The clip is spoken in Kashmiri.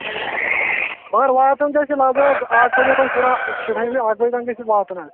مگر واتُن گژھِ لگ بگ آٹھ بجے تانۍ شُراہ شُرہٲمہِ آٹھ بجے تانۍ گژھِ اَسہِ واتُن حظ